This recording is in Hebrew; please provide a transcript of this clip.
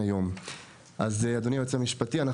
אדוני היועץ המשפטי,